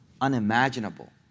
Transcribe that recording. unimaginable